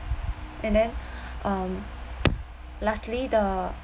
and then um lastly the